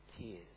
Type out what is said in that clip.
tears